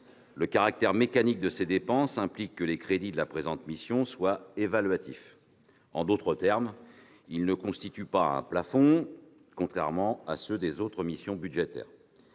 Le caractère mécanique de ces dépenses implique que les crédits de la présente mission soient évaluatifs. En d'autres termes, ils ne constituent pas un plafond, contrairement à ceux des autres missions budgétaires.